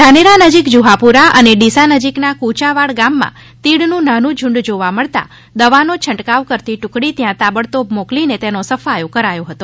ધાનેરા નજીક જુહાપુરા અને ડીસા નજીક ના કુચાવાડ ગામમાં તીડનું નાનું ઝુંડ જોવા મળતા દવા નો છંટકાવ કરતી ટુકડી ત્યાં તાબડતોબ મોકલી ને તેનો સફાયો કરાયો હતો